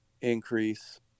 increase